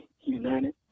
united